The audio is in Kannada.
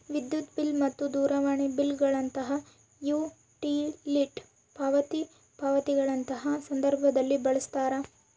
ವಿದ್ಯುತ್ ಬಿಲ್ ಮತ್ತು ದೂರವಾಣಿ ಬಿಲ್ ಗಳಂತಹ ಯುಟಿಲಿಟಿ ಪಾವತಿ ಪಾವತಿಗಳಂತಹ ಸಂದರ್ಭದಲ್ಲಿ ಬಳಸ್ತಾರ